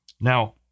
Now